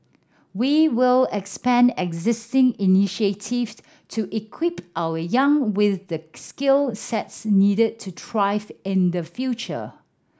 we will expand existing initiative to equip our young with the skill sets needed to thrive in the future